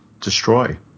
destroy